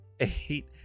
eight